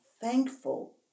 thankful